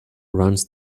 runs